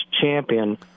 champion